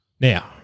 Now